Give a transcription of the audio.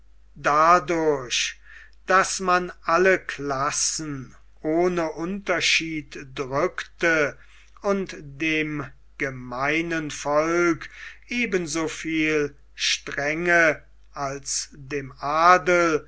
dadurch daß man alle klassen ohne unterschied drückte und dem gemeinen volke eben so viel strenge als dem adel